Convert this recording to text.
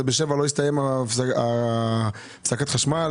בשבע לא הסתיימה הפסקת החשמל,